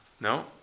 No